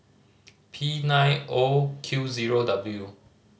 P nine O Q zero W